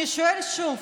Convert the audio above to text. אני שואל שוב: